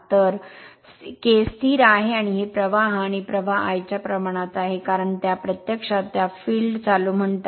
तर K स्थिर आहे आणि हे प्रवाह आणि प्रवाह I च्या प्रमाणात आहे काय तर प्रत्यक्षात त्या feld चालू म्हणतात